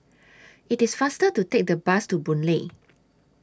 IT IS faster to Take The Bus to Boon Lay